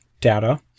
data